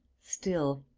still.